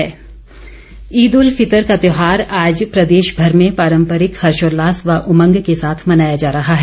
ईद ईद उल फितर का त्यौहार आज प्रदेशभर में पारम्परिक हर्षोल्लास व उमंग के साथ मनाया जा रहा है